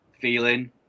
feeling